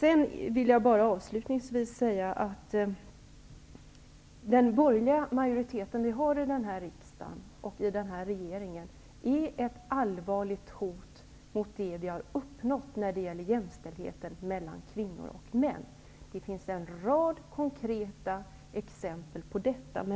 Avslutningsvis vill jag säga att den borgerliga majoriteten i denna riksdag är ett allvarligt hot mot det vi har uppnått när det gäller jämställdhet mellan kvinnor och män. Det finns en rad konkreta exempel på det.